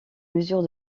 mesure